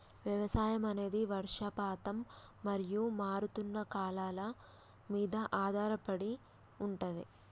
వ్యవసాయం అనేది వర్షపాతం మరియు మారుతున్న కాలాల మీద ఆధారపడి ఉంటది